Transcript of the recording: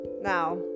now